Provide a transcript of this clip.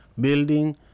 building